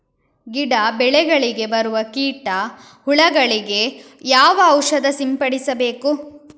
ಗಿಡ, ಬೆಳೆಗಳಿಗೆ ಬರುವ ಕೀಟ, ಹುಳಗಳಿಗೆ ಯಾವ ಔಷಧ ಸಿಂಪಡಿಸಬೇಕು?